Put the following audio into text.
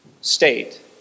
state